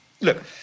Look